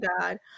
God